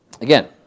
Again